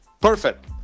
Perfect